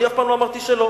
אני אף פעם לא אמרתי שלא,